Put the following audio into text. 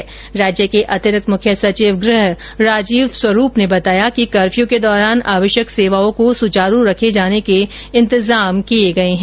इधर राज्य के अतिरिक्त मुख्य सचिव गृह राजीव स्वरूप ने बताया कि कंप्यू के दौरान आवश्यक सेवाओं को सुचारू रखे जाने के इंतजाम किए गए हैं